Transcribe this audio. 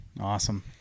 Awesome